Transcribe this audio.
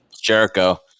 Jericho